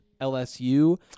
LSU